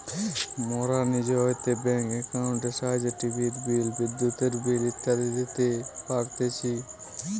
মোরা নিজ হইতে ব্যাঙ্ক একাউন্টের সাহায্যে টিভির বিল, বিদ্যুতের বিল ইত্যাদি দিতে পারতেছি